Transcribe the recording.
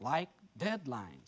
like deadline